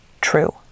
true